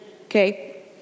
Okay